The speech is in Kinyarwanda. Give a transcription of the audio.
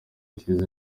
ishyize